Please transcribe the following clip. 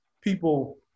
people